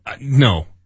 No